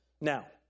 Now